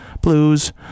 blues